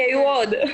טעויות.